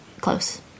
close